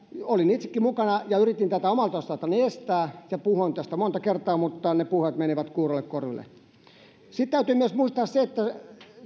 olin itsekin mukana ja yritin tätä omalta osaltani estää ja puhuin tästä monta kertaa mutta ne puheet menivät kuuroille korville sitten täytyy myös muistaa se että